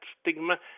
stigma